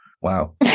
Wow